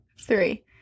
three